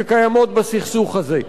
שקיימות בסכסוך הזה.